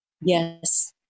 yes